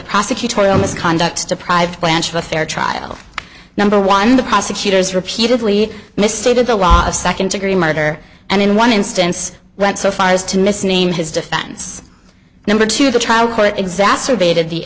prosecutorial misconduct deprived blanche of a fair trial number one the prosecutors repeatedly misstated the law of second degree murder and in one instance went so far as to misname his defense number two the trial court exacerbated the